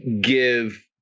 give